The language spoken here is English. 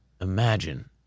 Imagine